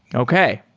okay.